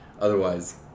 Otherwise